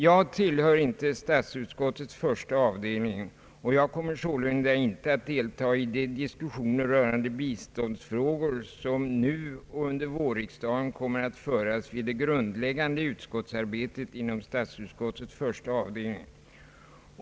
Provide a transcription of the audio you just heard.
Jag tillhör inte statsutskottets första avdelning och kommer sålunda inte att delta i de diskussioner rörande biståndsfrågor som nu och under vårriksdagen kommer att föras vid det grundläggande utskottsarbetet inom statsutskottets första avdelning.